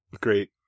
Great